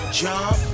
jump